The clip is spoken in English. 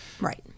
Right